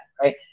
Right